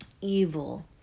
evil